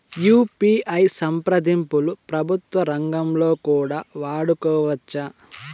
UPI సంప్రదింపులు ప్రభుత్వ రంగంలో కూడా వాడుకోవచ్చా?